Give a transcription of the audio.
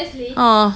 ah